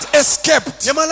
escaped